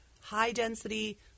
high-density